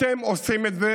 אתם עושים את זה